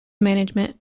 management